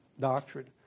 doctrine